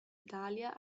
italia